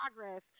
progress